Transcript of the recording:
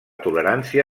tolerància